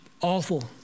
awful